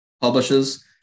publishes